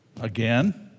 Again